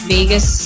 Vegas